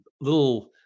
little